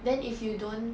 then if you don't